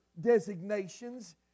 designations